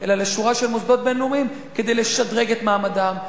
אלא לשורה של מוסדות בין-לאומיים כדי לשדרג את מעמדם,